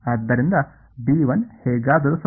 ಆದ್ದರಿಂದ ಹೇಗಾದರೂ 0